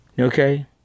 Okay